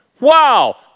Wow